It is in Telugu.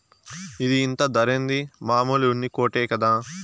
ఇది ఇంత ధరేంది, మామూలు ఉన్ని కోటే కదా